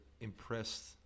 impressed